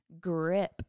grip